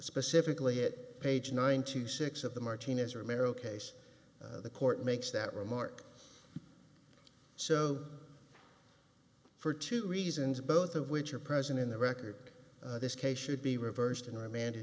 specifically it page ninety six of the martinez or mero case the court makes that remark so for two reasons both of which are present in the record this case should be reversed and reman